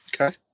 okay